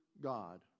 God